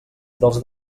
dels